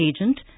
agent